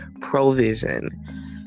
provision